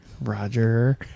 Roger